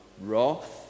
wrath